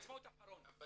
להיות